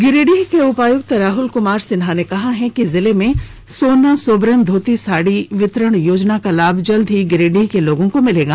गिरिडीह उपायुक्त राहुल कुमार सिन्हा ने कहा है कि जिले में सोना सोबरन धोती साड़ी वितरण योजना का लाभ जल्द ही गिरिंडीह के लोगो को मिलेगा